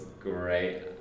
great